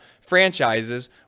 franchises